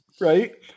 Right